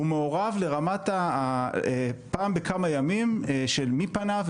הוא מעורב ברמה של פעם בכמה ימים לדעת מי פנה,